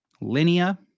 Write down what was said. Linea